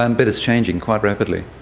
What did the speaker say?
ah and but it's changing quite rapidly.